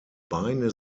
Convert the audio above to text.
beine